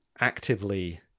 actively